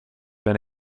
been